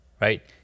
right